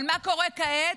אבל מה קורה כעת?